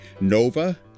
Nova